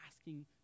asking